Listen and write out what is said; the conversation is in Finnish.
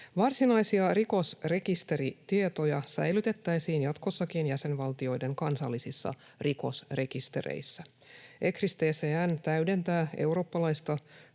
Varsinaisia rikosrekisteritietoja säilytettäisiin jatkossakin jäsenvaltioiden kansallisissa rikosrekistereissä. ECRIS-TCN täydentää eurooppalaista rikosrekisteritietojärjestelmää